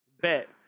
Bet